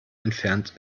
entfernt